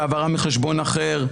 העברה מחשבון אחר,